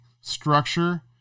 structure